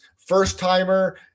First-timer